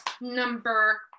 number